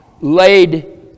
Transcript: laid